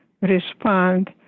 respond